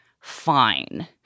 fine